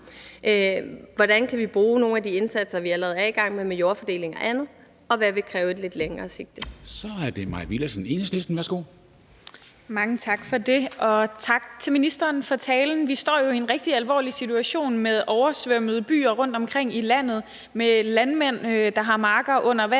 Hvordan kan vi bruge nogle af de indsatser, vi allerede er i gang med, med jordfordeling og andet? Og hvad vil kræve et lidt længere sigte? Kl. 13:20 Formanden (Henrik Dam Kristensen): Så er det Mai Villadsen, Enhedslisten. Værsgo. Kl. 13:20 Mai Villadsen (EL): Mange tak for det. Og tak til ministeren for talen. Vi står jo i en rigtig alvorlig situation med oversvømmede byer rundtomkring i landet, med landmænd, der har marker, der står